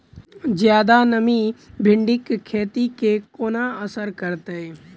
जियादा नमी भिंडीक खेती केँ कोना असर करतै?